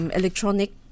electronic